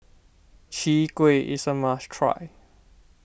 Chwee Kueh is a must try